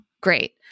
Great